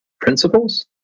principles